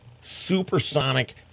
supersonic